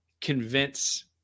convince